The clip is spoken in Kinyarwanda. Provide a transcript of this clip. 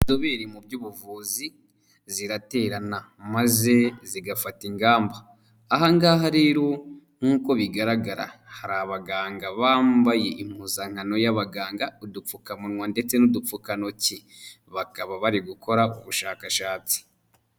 Inzobere mu by'ubuvuzi ziraterana maze zigafata ingamba, aha ngaha rero nk'uko bigaragara hari abaganga bambaye impuzankano y'abaganga udupfukamunwa ndetse n'udupfukantoki, bakaba bari gukora ubushakashatsi.